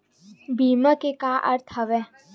बीमा के का अर्थ हवय?